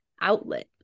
outlet